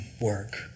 work